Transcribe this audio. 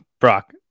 brock